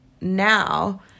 now